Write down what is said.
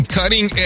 cutting